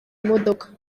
imodoka